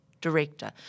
director